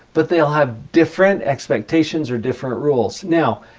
but they'll have different expectations or different rules. now,